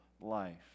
life